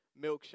milkshake